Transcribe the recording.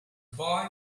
boy